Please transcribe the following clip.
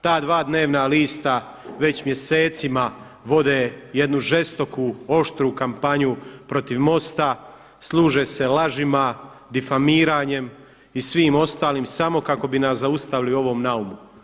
Ta dva dnevna lista već mjesecima vode jednu žestoku, oštru kampanju protiv MOST-a, služe se lažima, difamiranjem i svim ostalim samo kako bi nas zaustavili u ovom naumu.